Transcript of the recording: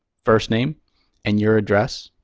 first name and your address.